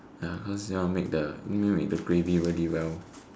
ya cause you wanna make the you need to make the gravy really well